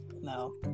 No